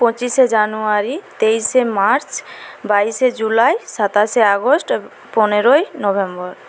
পঁচিশে জানুয়ারি তেইশে মার্চ বাইশে জুলাই সাতাশে আগস্ট পনেরোই নভেম্বর